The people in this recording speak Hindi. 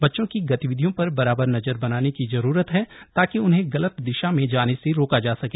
बच्चों की गतिविधियों पर बराबर नजर बनाने की जरूरत है ताकि उन्हें गलत दिशा में जाने से रोका जा सके